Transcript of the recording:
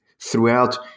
throughout